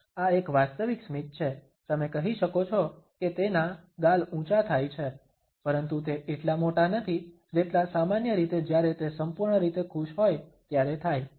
આ એક વાસ્તવિક સ્મિત છે તમે કહી શકો છો કે તેના Refer time 3641 ગાલ ઉંચા થાય છે પરંતુ તે એટલા મોટા નથી જેટલા સામાન્ય રીતે જ્યારે તે સંપૂર્ણ રીતે ખુશ હોય ત્યારે થાય